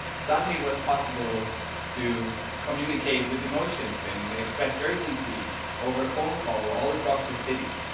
suddenly it was possible to communicate with emotions and express urgency over a phone call, all across the city.